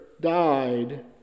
died